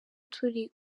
turi